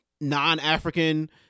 non-African